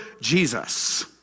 Jesus